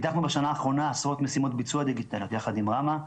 פיתחנו בשנה האחרונה עשרות משימות ביצוע דיגיטליות יחד עם ראמ"ה,